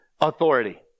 authority